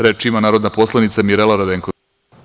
Reč ima narodna poslanica Mirela Radenković.